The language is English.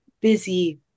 busy